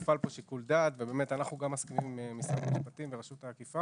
מופעל שיקול דעת ואנו מסכימים עם משרד המשפטים ועם רשות האכיפה.